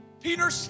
Peter